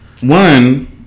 one